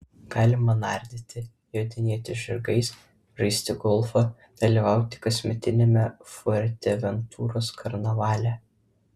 galima nardyti jodinėti žirgais žaisti golfą dalyvauti kasmetiniame fuerteventuros karnavale